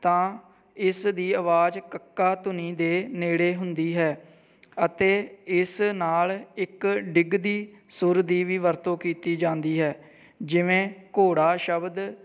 ਤਾਂ ਇਸ ਦੀ ਆਵਾਜ਼ ਕੱਕਾ ਧੁਨੀ ਦੇ ਨੇੜੇ ਹੁੰਦੀ ਹੈ ਅਤੇ ਇਸ ਨਾਲ ਇੱਕ ਡਿੱਗਦੀ ਸੁਰ ਦੀ ਵੀ ਵਰਤੋਂ ਕੀਤੀ ਜਾਂਦੀ ਹੈ ਜਿਵੇਂ ਘੋੜਾ ਸ਼ਬਦ